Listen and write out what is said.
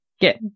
get